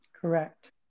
Correct